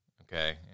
okay